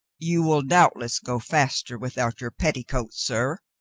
you will doubt less go faster without your petticoats, sir,